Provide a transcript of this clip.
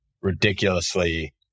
ridiculously